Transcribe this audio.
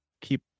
keep